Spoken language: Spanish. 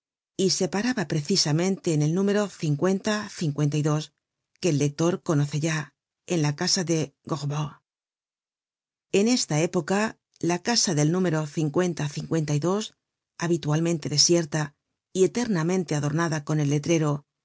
y se paraba precisamente en el núm que el lector conoce ya en la casa de gorbeau en esta época la casa del número babitualmente desierta y eternamente adornada con el letrero